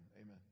Amen